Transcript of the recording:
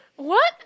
what